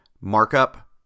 markup